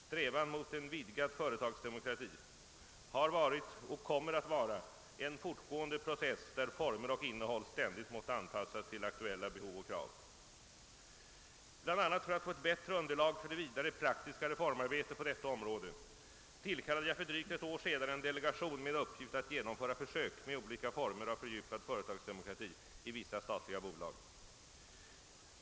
Strävan mot en vidgad företagsdemokrati har varit och kommer att vara en fortgående process där former och innehåll ständigt måste anpassas till aktuella behov och krav. Bland annat för att få ett bättre underlag för det vidare praktiska reformarbetet på detta område tillkallade jag för drygt ett år sedan en delegation med uppgift att genomföra försök med olika former av fördjupad företagsdemokrati i vissa statliga bolag.